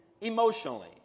emotionally